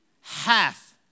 half